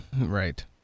Right